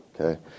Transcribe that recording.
okay